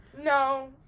No